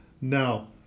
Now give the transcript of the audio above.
now